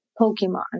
pokemon